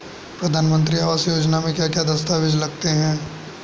प्रधानमंत्री आवास योजना में क्या क्या दस्तावेज लगते हैं?